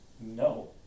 No